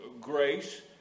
grace